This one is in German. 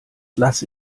lasse